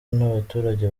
n’abaturage